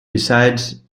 besides